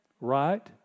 right